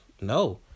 No